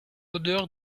odeur